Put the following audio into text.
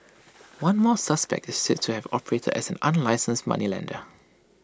one more suspect is said to have operated as an unlicensed moneylender